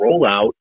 rollout